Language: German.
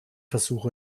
versuch